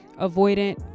avoidant